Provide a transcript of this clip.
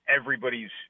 Everybody's